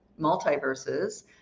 multiverses